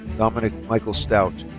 dominic michael stout.